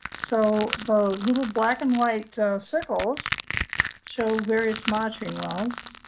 so, the little black and white circles show various monitoring wells,